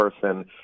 person